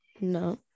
No